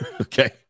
Okay